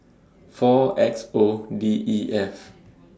four X O D E F